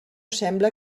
sembla